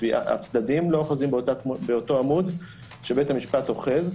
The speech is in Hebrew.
הצדדים לא אוחזים באותו עמוד שבית המשפט אוחז.